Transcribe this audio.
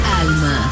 Alma